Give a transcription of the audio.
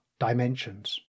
dimensions